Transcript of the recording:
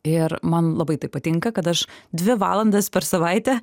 ir man labai tai patinka kad aš dvi valandas per savaitę